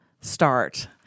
start